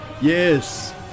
Yes